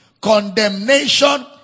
condemnation